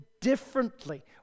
differently